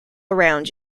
around